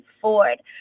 Ford